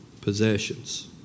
possessions